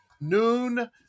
noon